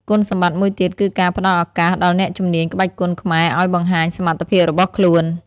គុណសម្បត្តិមួយទៀតគឺការផ្ដល់ឱកាសដល់អ្នកជំនាញក្បាច់គុនខ្មែរឲ្យបង្ហាញសមត្ថភាពរបស់ខ្លួន។